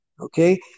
Okay